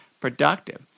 productive